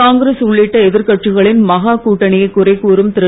காங்கிரஸ் உள்ளிட்ட எதிர்க்கட்சிகளின் மகா கூட்டணியை குறை கூறும் திரு